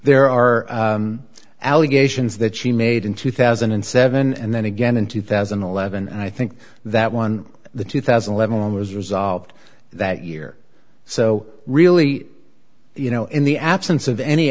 there are allegations that she made in two thousand and seven and then again in two thousand and eleven and i think that one the two thousand and eleven was resolved that year so really you know in the absence of any